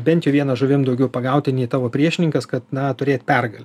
bent jau viena žuvim daugiau pagauti nei tavo priešininkas kad na turėt pergalę